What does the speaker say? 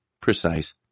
precise